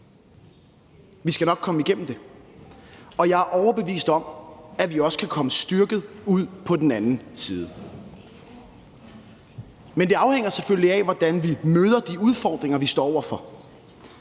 Vi skal nok komme igennem det, og jeg er overbevist om, at vi også kan komme styrket ud på den anden side. Men det afhænger selvfølgelig af, hvordan vi møder de udfordringer, vi står over for.